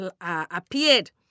appeared